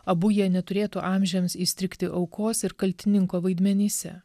abu jie neturėtų amžiams įstrigti aukos ir kaltininko vaidmenyse